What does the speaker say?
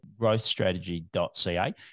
growthstrategy.ca